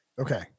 Okay